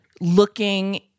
looking